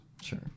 Sure